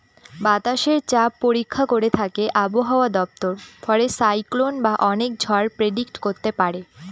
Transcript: বাতাসের চাপ পরীক্ষা করে থাকে আবহাওয়া দপ্তর ফলে সাইক্লন বা অনেক ঝড় প্রেডিক্ট করতে পারে